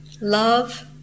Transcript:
Love